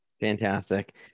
Fantastic